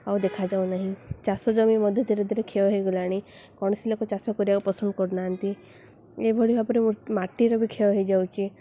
ଆଉ ଦେଖାଯାଉନାହିଁ ଚାଷ ଜମି ମଧ୍ୟ ଧୀରେ ଧୀରେ କ୍ଷୟ ହୋଇଗଲାଣି କୌଣସି ଲୋକ ଚାଷ କରିବାକୁ ପସନ୍ଦ କରୁନାହାନ୍ତି ଏଇଭଳି ଭାବରେ ମୁଁ ମାଟିର ବି କ୍ଷୟ ହୋଇଯାଉଛି